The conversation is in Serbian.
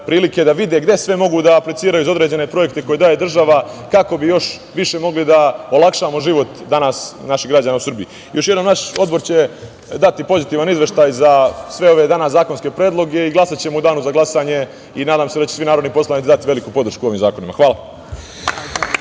prilike da vide gde sve mogu da apliciraju za određene projekte koje daje država, kako bi još više mogli da olakšamo život danas naših građana u Srbiji. Još jednom, naš Odbor će dati pozitivan izveštaj za sve današnje zakonske predloge i glasaćemo u danu za glasanje i nadam se da će svi narodni poslanici dati veliku podršku ovim zakonima. Hvala.